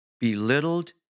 belittled